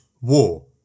war